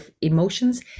emotions